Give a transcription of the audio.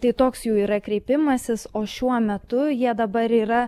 tai toks jų yra kreipimasis o šiuo metu jie dabar yra